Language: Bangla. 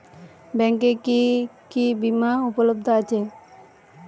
ব্যাংকে কি কি বিমা উপলব্ধ আছে?